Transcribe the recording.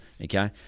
okay